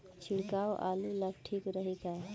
छिड़काव आलू ला ठीक रही का?